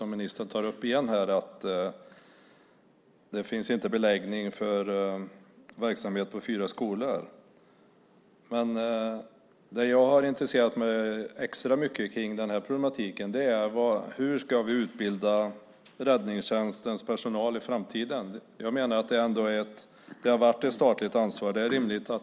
Ministern tar återigen upp här att det inte finns beläggning som räcker för verksamhet i fyra skolor. Jag har intresserat mig extra mycket för problematiken. Hur ska vi utbilda räddningstjänstens personal i framtiden? Det har varit ett statligt ansvar.